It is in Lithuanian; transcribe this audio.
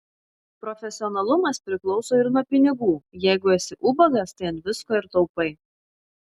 profesionalumas priklauso ir nuo pinigų jeigu esi ubagas tai ant visko ir taupai